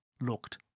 looked